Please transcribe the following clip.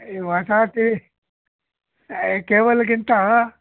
ಈ ಹೊಸ TV ಏಯ್ ಕೇಬಲ್ಗಿಂತ